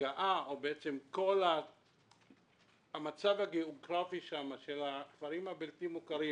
ההגעה או בעצם כל המצב הגיאוגרפי שם של הכפרים הבלתי מוכרים